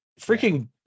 freaking